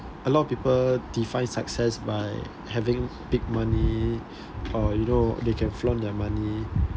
a lot of people define success by having big money or you know they can flaunt their money